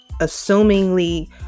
assumingly